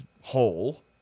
hole